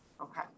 Okay